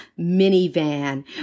minivan